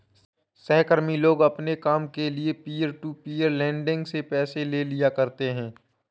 सहकर्मी लोग अपने काम के लिये पीयर टू पीयर लेंडिंग से पैसे ले लिया करते है